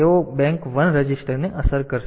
તેથી તેઓ bank one રજીસ્ટરને અસર કરશે